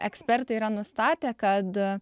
ekspertai yra nustatę kad